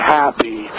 happy